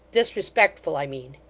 disrespectful i mean